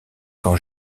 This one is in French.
quand